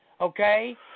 okay